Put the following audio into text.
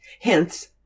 Hence